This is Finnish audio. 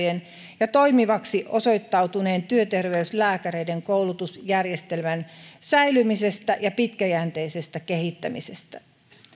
ja toimivaksi osoittautuneen työterveyslääkäreiden koulutusjärjestelmän säilymisestä ja pitkäjänteisestä kehittämisestä